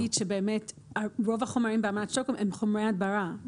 אני רק רוצה להגיד שבאמת רוב החומרים באמנת שטוקהולם הם חומרי הדברה.